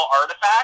artifact